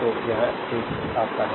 तो यह एक आपका है